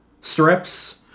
strips